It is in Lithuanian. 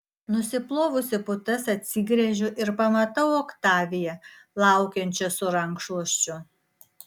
nusiplovusi putas atsigręžiu ir pamatau oktaviją laukiančią su rankšluosčiu